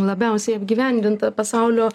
labiausiai apgyvendinta pasaulio